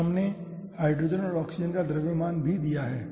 तब हमने हाइड्रोजन और ऑक्सीजन का द्रव्यमान भी दिया है